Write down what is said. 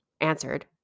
answered